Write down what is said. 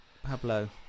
Pablo